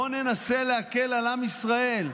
בואו ננסה להקל על עם ישראל.